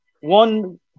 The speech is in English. one